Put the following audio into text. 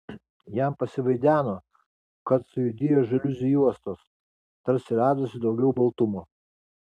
jam pasivaideno kad sujudėjo žaliuzių juostos tarsi radosi daugiau baltumo